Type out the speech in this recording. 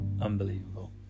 Unbelievable